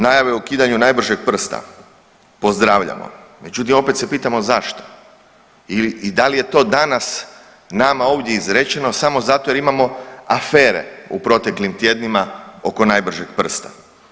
Najave o ukidanju najbržeg prsta pozdravljamo, međutim opet se pitamo zašto ili, i dal je to danas nama ovdje izrečeno samo zato jer imamo afere u proteklim tjednima oko najbržeg prsta.